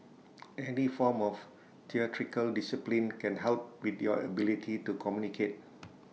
any form of theatrical discipline can help with your ability to communicate